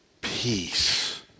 peace